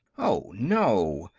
oh, no.